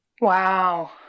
Wow